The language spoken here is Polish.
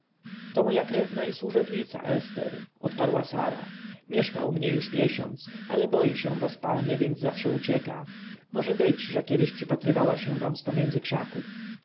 to moja krewna i służebnica ester odparła sara mieszka u mnie już miesiąc ale boi się was panie więc zawsze ucieka może być że kiedy przypatrywała się wam z pomiędzy krzaków